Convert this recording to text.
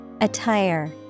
Attire